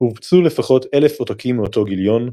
הופצו לפחות 1,000 עותקים מאותו גיליון.